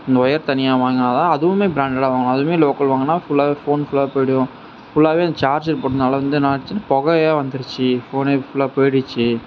அந்த ஒயர் தனியாக வாங்கினா தான் அதுவுமே பிராண்டடாக வாங்கணும் அதுவுமே லோக்கல் வாங்கினா ஃபுல்லாவே ஃபோன் ஃபுல்லாக போய்விடும் ஃபுல்லாவே அந்த சார்ஜர் போட்டதனால வந்து என்னாச்சின்னா புகையா வந்திருச்சி ஃபோன்னே ஃபுல்லாக போய்டுச்சி